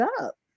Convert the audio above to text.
up